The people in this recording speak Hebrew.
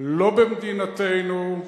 לא במדינתנו,